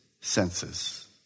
senses